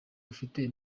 ufite